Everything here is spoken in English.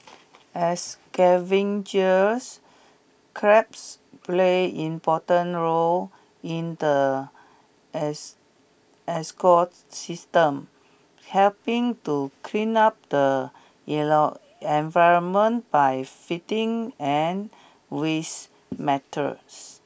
as scavengers crabs play important roles in the ecosystem helping to clean up the environment by feeding on waste matters